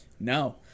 No